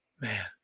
Man